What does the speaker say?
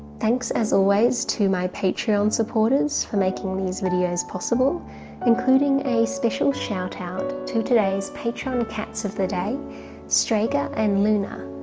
thanks as always to my patreon supporters for making these videos possible including a special shout out to today's patron cats of the day strega and luna.